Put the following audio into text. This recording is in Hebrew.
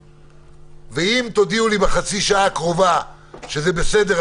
ואם תודיעו לי בחצי השעה הקרובה שזה בסדר,